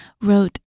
wrote